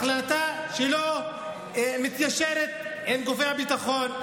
החלטה שלא מתיישרת עם גופי הביטחון.